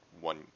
one